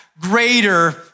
greater